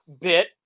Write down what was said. bit